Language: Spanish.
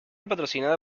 patrocinada